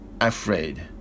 afraid